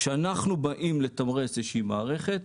כשאנחנו באים לתמרץ מערכת,